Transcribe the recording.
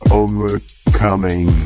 overcoming